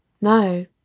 no